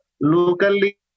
locally